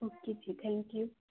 okay ji thank you